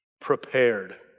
prepared